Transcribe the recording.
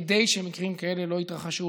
כדי שמקרים כאלה לא יתרחשו,